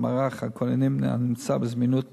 מערך הכוננים הנמצאים בזמינות מתמדת.